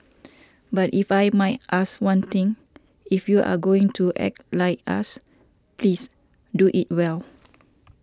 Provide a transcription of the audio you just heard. but if I might ask one thing if you are going to act like us please do it well